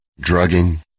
drugging